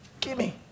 gimme